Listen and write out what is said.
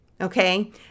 Okay